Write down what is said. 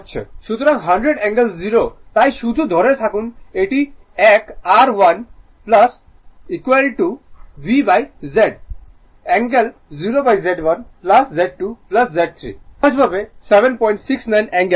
সুতরাং 100 angle 0o তাই শুধু ধরে থাকুন এটি এক r I VZ100 angle 0Z1 Z2 Z 3